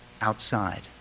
outside